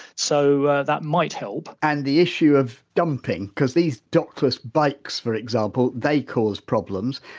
so that might help and the issue of dumping because these dockless bikes, for example, they cause problems.